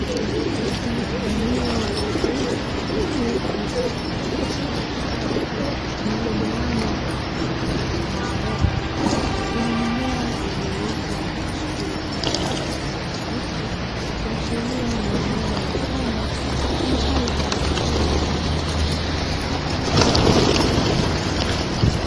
Eneo la ndani lililotengenezwa na kuezekwa kwa ustadi lililogawanywa katika safi zilizonyooka, zina mimea iliyoota na kuchipua kwa rangi ya kijani kibichi kuashiria ni eneo la shamba litumikalo kwa kilimo cha viwanda.